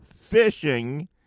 fishing